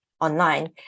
online